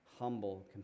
humble